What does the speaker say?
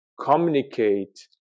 communicate